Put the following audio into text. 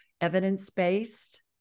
evidence-based